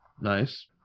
nice